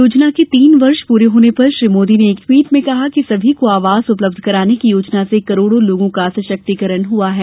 योजना के तीन वर्ष पूरे होने पर श्री मोदी ने एक ट्वीट में कहा कि सभी को आवास उपलब्ध कराने की योजना से करोड़ों लोगों का सशक्तिकरण हुआ है